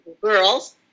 girls